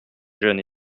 jeunes